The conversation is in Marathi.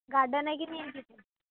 गार्डन आहे की नाही